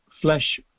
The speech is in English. flesh